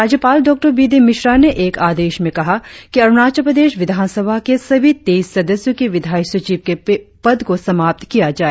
राज्यपाल डॉ B D Mishra ने एक आदेश में कहा कि अरुणाचल प्रदेश विधान सभा के सभी तेईस सदस्यों की विधायी सचिव के पद को समाप्त किया जाए